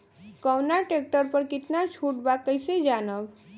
कवना ट्रेक्टर पर कितना छूट बा कैसे जानब?